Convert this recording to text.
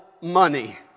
money